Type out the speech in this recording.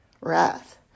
wrath